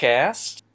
Cast